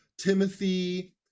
Timothy